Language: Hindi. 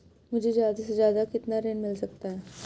मुझे ज्यादा से ज्यादा कितना ऋण मिल सकता है?